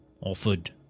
Offered